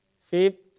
fifth